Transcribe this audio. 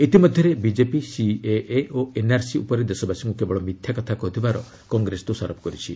ଇତିମଧ୍ୟରେ BJP CAA ଓ NRC ଉପରେ ଦେଶବାସୀଙ୍କୁ କେବଳ ମିଥ୍ୟା କଥା କହୁଥିବାର କଂଗ୍ରେସ ଦୋଷାରୋପ କରିଛି